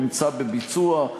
נמצא בביצוע,